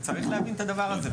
צריך להבין את הדבר הזה.